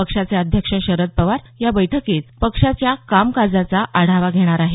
पक्षाचे अध्यक्ष शरद पवार हे या बैठकीत पक्षाच्या कामकाजाचा आढावा घेणार आहेत